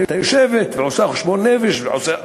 הייתה יושבת ועושה חשבון נפש ועושה,